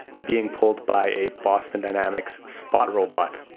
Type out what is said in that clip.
being pulled by a boston dynamics spot robot,